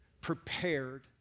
prepared